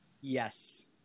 Yes